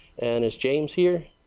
and is james here?